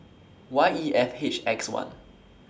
Y E F H X one